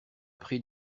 pris